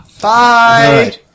Bye